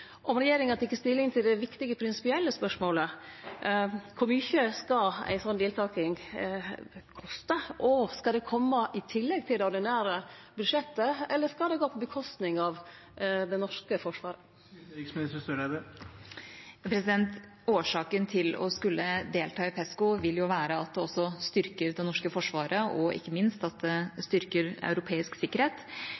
om regjeringa tek stilling til det viktige prinsipielle spørsmålet: Kor mykje skal ei slik deltaking koste, og skal det koma i tillegg til det ordinære budsjettet, eller vil det gå ut over det norske forsvaret? Årsaken til å skulle delta i PESCO vil jo være at det også styrker det norske forsvaret og ikke minst europeisk sikkerhet. Som jeg var inne på i redegjørelsen, er det